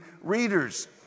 readers